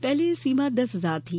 पहले यह सीमा दस हजार की थी